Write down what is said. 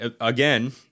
Again